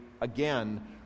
again